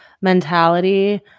mentality